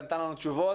וענתה לנו תשובות.